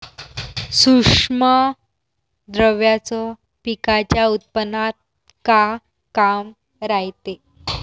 सूक्ष्म द्रव्याचं पिकाच्या उत्पन्नात का काम रायते?